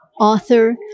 author